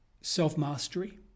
self-mastery